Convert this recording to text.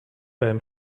beim